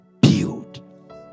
build